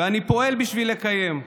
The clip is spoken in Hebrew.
ואני פועל בשביל לקיים.